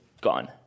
gone